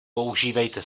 používejte